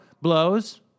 Blows